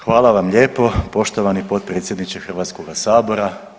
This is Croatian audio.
Hvala vam lijepo poštovani potpredsjedniče Hrvatskoga sabora.